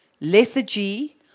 lethargy